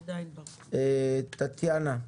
טטאינה,